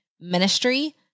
ministry